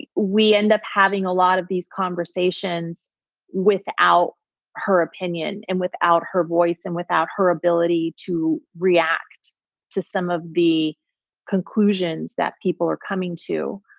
we end up having a lot of these conversations without her opinion and without her voice and without her ability to react to some of the conclusions that people are coming to.